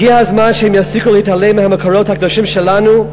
הגיע הזמן שהם יפסיקו להתעלם מהמקורות הקדושים שלנו,